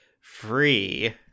free